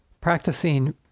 practicing